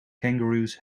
kangaroos